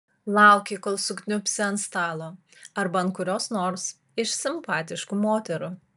lauki kol sukniubsi ant stalo arba ant kurios nors iš simpatiškų moterų